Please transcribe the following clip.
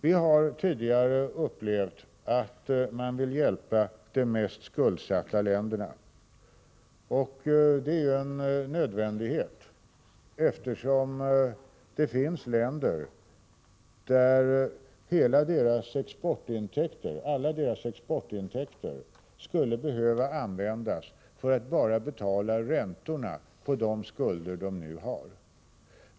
Vi har tidigare upplevt att man vill hjälpa de mest skuldsatta länderna. Det är en nödvändighet, eftersom det finns länder vilkas alla exportintäkter skulle behöva användas för att betala bara räntorna på de lån de har.